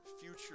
future